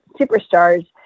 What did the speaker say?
superstars